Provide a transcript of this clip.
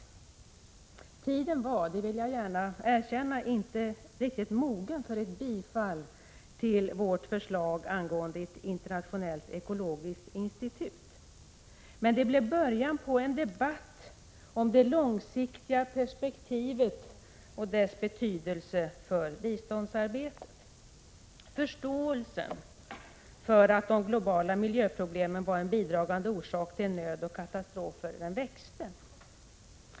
Tiden var då, det vill jag gärna erkänna, inte riktigt mogen för ett bifall till vårt förslag angående ett internationellt ekologiskt institut. Men det blev början på en debatt om det långsiktiga perspektivet i biståndsarbetet. Förståelsen för att de globala miljöproblemen var en bidragande orsak till nöd och katastrofer växte.